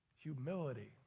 Humility